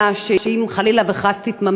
אם חלילה וחס תתממש